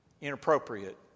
inappropriate